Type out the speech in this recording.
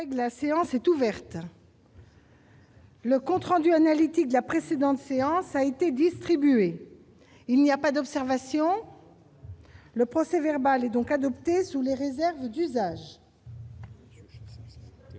La séance est ouverte.. Le compte rendu analytique de la précédente séance a été distribué. Il n'y a pas d'observation ?... Le procès-verbal est adopté sous les réserves d'usage.